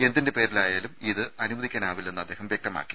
എന്തിന്റെ പേരിലായാലും ഇത് അനുവദിക്കാനാവില്ലെന്ന് അദ്ദേഹം വ്യക്തമാക്കി